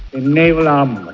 naval um